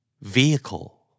Vehicle